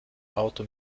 auto